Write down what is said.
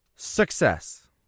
Success